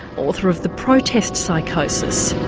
author of the protest psychosis.